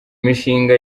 mishinga